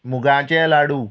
मुगाचे लाडू